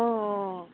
অঁ